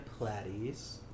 Platties